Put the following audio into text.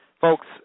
folks